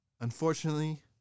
unfortunately